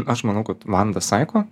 aš manau kad vanda saiko